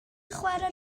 chwarae